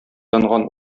янган